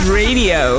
radio